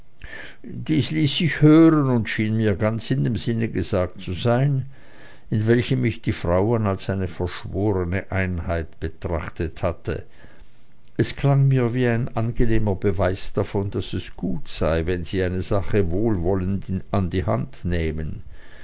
dies ließ sich hören und schien mir ganz in dem sinne gesagt zu sein in welchem ich die frauen als eine verschworene einheit betrachtet hatte es klang mir wie ein angenehmer beweis davon daß es gut sei wenn sie eine sache wohlwollend an die hand nähmen